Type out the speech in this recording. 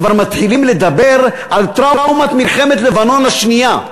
כבר מתחילים לדבר על טראומת מלחמת לבנון השנייה.